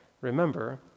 remember